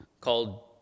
called